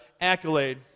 accolade